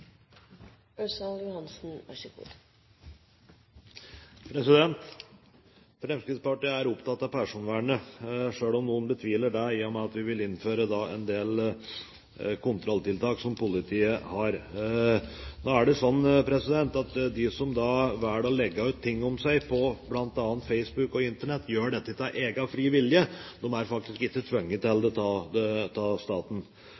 opptatt av personvernet, selv om noen betviler det, i og med at vi vil innføre en del kontrolltiltak for politiet. Nå er det slik at de som velger å legge ut ting om seg selv på bl.a. Facebook og Internett, gjør dette av egen fri vilje. De er faktisk ikke tvunget til det av staten.